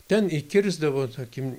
ten įkirsdavo tokį